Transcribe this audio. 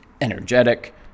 energetic